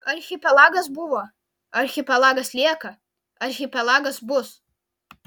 archipelagas buvo archipelagas lieka archipelagas bus